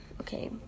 okay